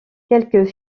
quelques